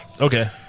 Okay